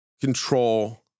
control